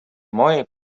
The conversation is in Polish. mojej